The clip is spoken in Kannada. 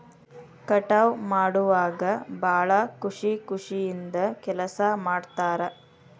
ಕಟಾವ ಮಾಡುವಾಗ ಭಾಳ ಖುಷಿ ಖುಷಿಯಿಂದ ಕೆಲಸಾ ಮಾಡ್ತಾರ